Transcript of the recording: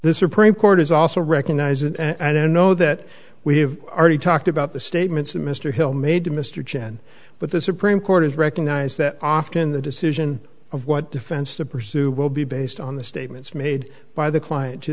this supreme court is also recognize and i know that we have already talked about the statements that mr hill made to mr chen but the supreme court has recognized that often the decision of what defense to pursue will be based on the statements made by the client